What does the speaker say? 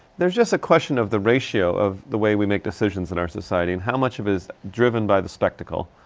there's just a question of the ratio of the way we make decisions in our society, and how much of it is driven by the spectacle.